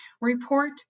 report